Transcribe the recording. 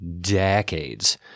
decades